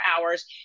hours